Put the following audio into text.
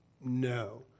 No